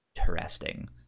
interesting